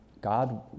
God